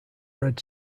red